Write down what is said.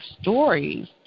stories